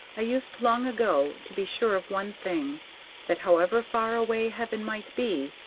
i used long ago to be sure of one thing that, however far away heaven might be,